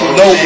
no